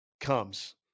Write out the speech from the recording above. comes